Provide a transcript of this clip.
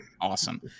awesome